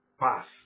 pass